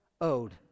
owed